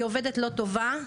היא עובדת לא טובה,